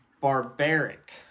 barbaric